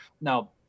Now